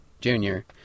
junior